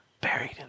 buried